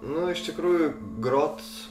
nu iš tikrųjų grot